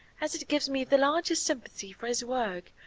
as it gives me the larger sympathy for his work,